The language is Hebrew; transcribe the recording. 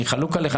אני חלוק עליך.